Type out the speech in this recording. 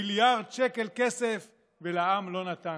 מיליארד שקל כסף, ולעם לא נתן.